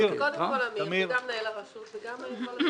קודם כל אמיר וגם מנהל הרשות וכל הצוות.